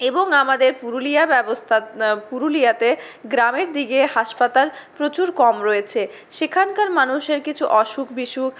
এবং আমাদের পুরুলিয়া ব্যবস্থা পুরুলিয়াতে গ্রামের দিকে হাসপাতাল প্রচুর কম রয়েছে সেখানকার মানুষের কিছু অসুখ বিসুখ